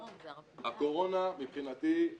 הקורונה מבחינתי זה